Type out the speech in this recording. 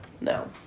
No